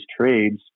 trades